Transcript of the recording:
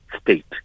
state